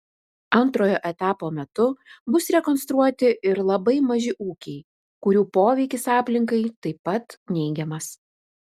antrojo etapo metu bus rekonstruoti ir labai maži ūkiai kurių poveikis aplinkai taip pat neigiamas